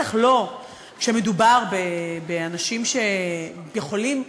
בטח לא כשמדובר באנשים שיכולים,